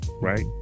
right